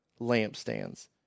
lampstands